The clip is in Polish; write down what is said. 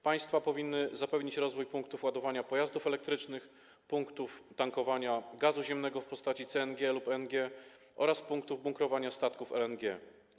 Państwa powinny zapewnić rozwój punktów ładowania pojazdów elektrycznych, punktów tankowania gazu ziemnego w postaci CNG lub LNG oraz punktów bunkrowania statków gazem LNG.